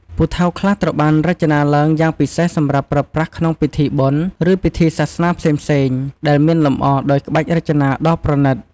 ពូថៅខ្លះត្រូវបានរចនាឡើងយ៉ាងពិសេសសម្រាប់ប្រើប្រាស់ក្នុងពិធីបុណ្យ ឬពិធីសាសនាផ្សេងៗ ដែលមានលម្អដោយក្បាច់រចនាដ៏ល្អប្រណិត។